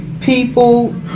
people